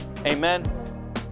Amen